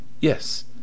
Yes